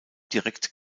direkt